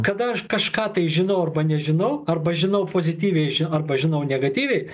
kada aš kažką tai žinau arba nežinau arba žinau pozityviai žin arba žinau negatyviai